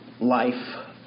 life